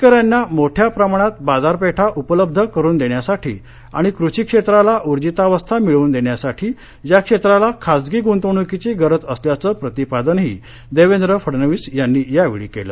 शेतकऱ्यांना मोठ्या प्रमाणात बाजारपेठा उपलब्ध करून देण्यासाठी आणि कृषी क्षेत्राला उर्जितावस्था मिळवून देण्यासाठी या क्षेत्रात खाजगीगुंतवणूकीची गरज असल्याचं प्रतिपादनही देवेंद्र फडणवीस यांनी यावेळी केलं